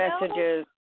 messages